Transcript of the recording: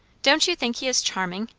don't you think he is charming?